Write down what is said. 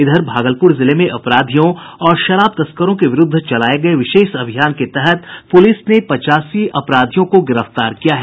इधर भागलपुर जिले में अपराधियों और शराब तस्करों के विरुद्ध चलाये गये विशेष अभियान के तहत पुलिस ने पचासी अपराधियों को गिरफ्तार किया है